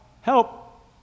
help